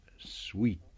SWEET